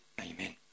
Amen